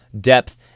depth